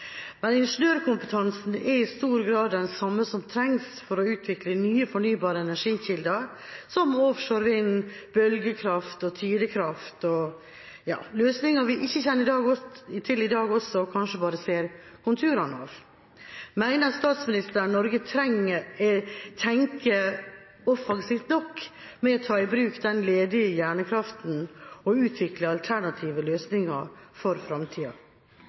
men ingeniørkompetansen er i stor grad den samme som trengs for å utvikle nye fornybare energikilder som offshore vind, bølgekraft og tidevannskraft – og løsninger vi ikke kjenner til i dag, men kanskje bare ser konturene av. Mener statsministeren at Norge tenker offensivt nok når det kommer til å ta i bruk den ledige hjernekraften og utvikle alternative løsninger for